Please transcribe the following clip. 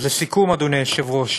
לסיכום, אדוני היושב-ראש,